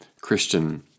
Christian